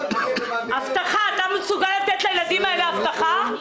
אתה מסוגל לתת לילדים האלה הבטחה?